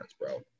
bro